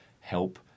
help